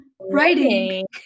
writing